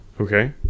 Okay